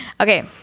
okay